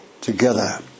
together